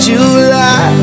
July